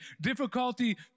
difficulty